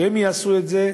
שהן יעשו את זה,